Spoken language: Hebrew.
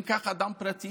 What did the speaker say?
אם כך אדם פרטי,